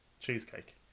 Cheesecake